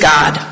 God